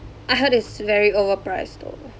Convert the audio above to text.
I heard it's very overpriced though